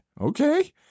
okay